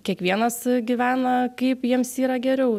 kiekvienas gyvena kaip jiems yra geriau